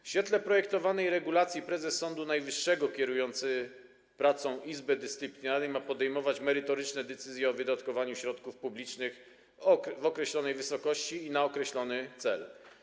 W świetle projektowanej regulacji prezes Sądu Najwyższego kierujący pracą Izby Dyscyplinarnej ma podejmować merytoryczne decyzje o wydatkowaniu środków publicznych w określonej wysokości i na określony cel.